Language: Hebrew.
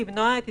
כמו שאמרתי,